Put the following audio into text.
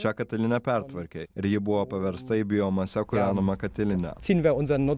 šią kataliną pertvarkė ir ji buvo paversta į biomase kūrenamą katilinę atsidavė ozonu